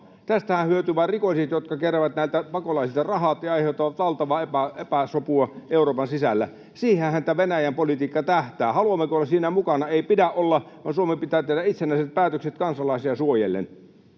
Tästähän hyötyvät vain rikolliset, jotka keräävät näiltä pakolaisilta rahat ja aiheuttavat valtavaa epäsopua Euroopan sisällä. Siihenhän tämä Venäjän politiikka tähtää. Haluammeko olla siinä mukana? Ei pidä olla, vaan Suomen pitää tehdä itsenäiset päätökset kansalaisia suojellen.